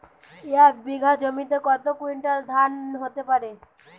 এক বিঘা জমিতে কত কুইন্টাল ধান হতে পারে?